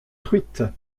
truites